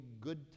good